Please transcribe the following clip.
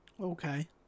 Okay